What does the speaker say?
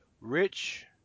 Rich